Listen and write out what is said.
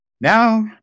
Now